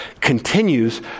continues